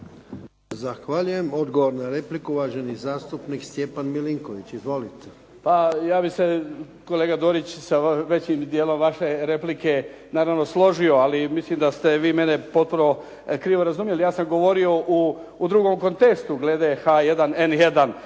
Zahvaljujem. Odgovor na repliku. Uvaženi zastupnik Stjepan Milinković. Izvolite. **Milinković, Stjepan (HDZ)** Pa ja bih se, kolega Dorić, sa većim dijelom vaše replike naravno složio, ali mislim da ste vi mene potpuno krivo razumjeli. Ja sam govorio u drugom kontekstu glede H1N1